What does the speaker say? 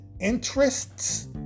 interests